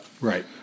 Right